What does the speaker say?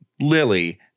Lily